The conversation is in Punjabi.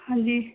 ਹਾਂਜੀ